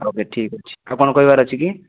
okay ଠିକ ଅଛି ଆଉ କ'ଣ କହିବାର ଅଛି କି